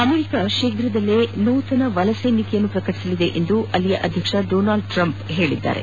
America ಶೀಫ್ರದಲ್ಲಿ ನೂತನ ವಲಸೆ ನೀತಿಯನ್ನು ಪ್ರಕಟಿಸಲಿದೆ ಎಂದು ಅಮೆರಿಕಾ ಅಧ್ಯಕ್ಷ ಡೊನಾಲ್ಡ್ ಟ್ರಂಪ್ ಹೇಳಿದ್ದಾರೆ